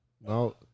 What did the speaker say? No